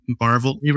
Marvel